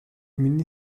миний